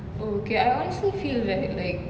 oh okay I honestly feel right like